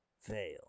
fail